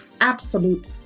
absolute